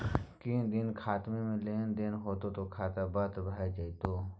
कनी दिन खातामे लेन देन नै हेतौ त खाता बन्न भए जेतौ